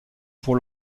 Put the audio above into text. pour